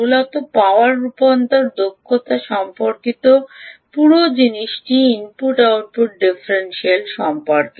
মূলত পাওয়ার রূপান্তর দক্ষতা সম্পর্কিত পুরো জিনিসটি ইনপুট আউটপুট ডিফারেনশিয়াল সম্পর্কে